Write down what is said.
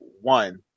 one